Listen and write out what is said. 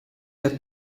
the